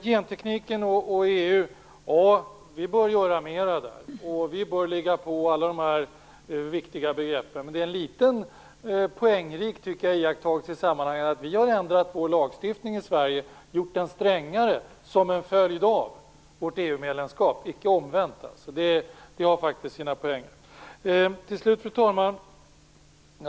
Vi bör göra mera vad gäller gentekniken och EU. Vi bör ligga på vad beträffar alla de viktiga begreppen. Det är en poängrik iakttagelse i sammanhanget att vi har ändrat vår lagstiftning i Sverige och gjort den strängare som en följd av vårt EU-medlemskap - icke omvänt. Det har faktiskt sina poänger. Fru talman!